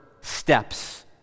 steps